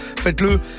faites-le